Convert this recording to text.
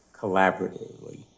collaboratively